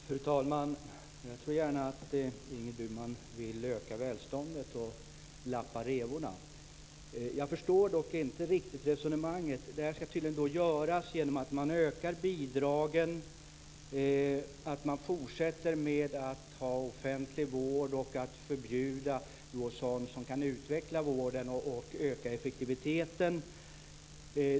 Fru talman! Jag tror gärna att Ingrid Burman vill öka välståndet och så att säga lappa revorna. Jag förstår dock inte riktigt resonemanget. Det här ska tydligen göras genom att man ökar bidragen, att man fortsätter med att ha offentlig vård och att man förbjuder sådant som kan utveckla vården och öka effektiviteten.